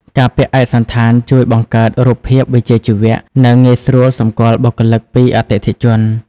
ការពាក់ឯកសណ្ឋានជួយបង្កើតរូបភាពវិជ្ជាជីវៈ និងងាយស្រួលសម្គាល់បុគ្គលិកពីអតិថិជន។